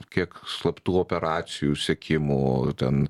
kiek slaptų operacijų sekimų ten